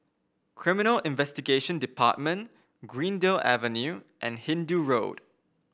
Criminal Investigation Department Greendale Avenue and Hindoo Road